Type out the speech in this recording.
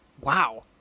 Wow